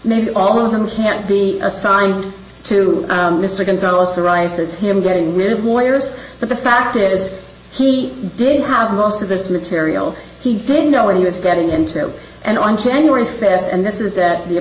maybe all of them can't be assigned to mr gonzales arise as him getting rid of lawyers but the fact is he did have most of this material he didn't know what he was getting into and on january th and this is that the